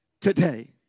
today